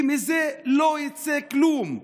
כי מזה לא יוצא כלום.